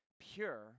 pure